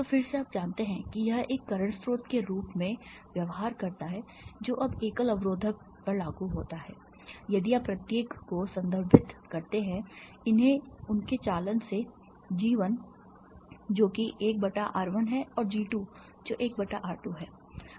तो फिर से आप जानते हैं कि यह एक करंट स्रोत के रूप में व्यवहार करता है जो अब एकल अवरोधक पर लागू होता है यदि आप प्रत्येक को संदर्भित करते हैं इन्हें उनके चालन से G 1 जो कि 1 बटा R 1 है और G 2 जो 1 बटा R 2 है